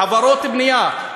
חברות בנייה,